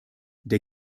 der